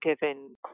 given